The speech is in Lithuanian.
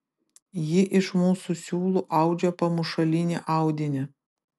ji iš mūsų siūlų audžia pamušalinį audinį